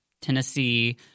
Tennessee